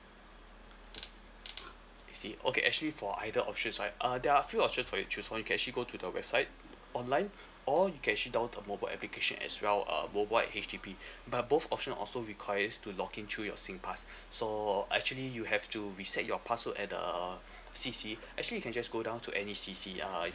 I see okay actually for either options right uh there are a few options for you to choose from you can actually go to the website online or you can actually download the mobile application as well uh mobile at H_D_B but both option also requires to login through your singpass so actually you have to reset your password at the C_C actually you can just go down to any C_C uh